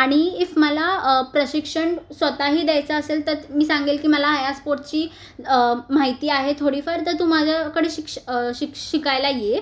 आणि इफ मला प्रशिक्षण स्वताही द्यायचं असेल तर मी सांगेल की मला या स्पोर्टची माहिती आहे थोडीफार तर तू माज्याकडे शिक्ष शिक् शिकायला ये